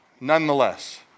nonetheless